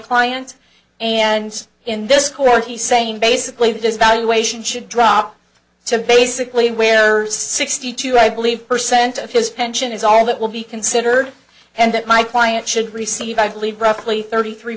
client and in this court he's saying basically that this valuation should drop to basically where sixty two i believe per cent of his pension is all that will be considered and that my client should receive i believe roughly thirty three